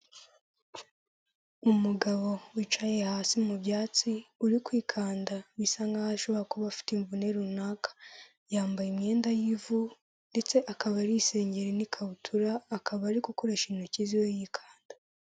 Umugabo wicaye hasi mu byatsi uri kwikanda bisa nkaho ashobora kuba afite imvune runaka, yambaye imyenda y'ivu ndetse akaba ari isengeri n'ikabutura akaba ari gukoresha intoki ziwe yikanda.